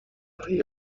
هایی